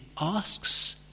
asks